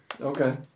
Okay